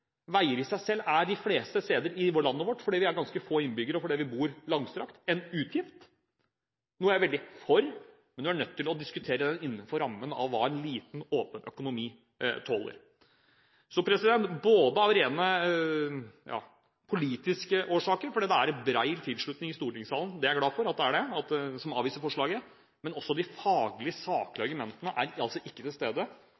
Veier i seg selv er de fleste steder i landet vårt, fordi vi er ganske få innbyggere, og fordi vi bor langstrakt, en utgift. Veier er noe jeg er veldig for, men du er nødt til å diskutere det innenfor rammen av hva en liten, åpen økonomi tåler. Både av rent politiske årsaker – fordi det er bred tilslutning i stortingssalen, til å avvise forslaget – og også fordi de faglige, saklige argumentene altså ikke er